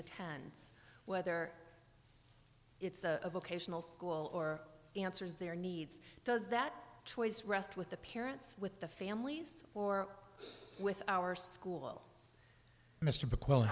attends whether it's a vocational school or answers their needs does that choice rest with the parents with the families or with our school mr